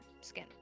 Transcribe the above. skin